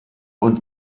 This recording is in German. und